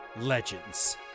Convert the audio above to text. Legends